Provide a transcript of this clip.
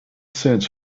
sends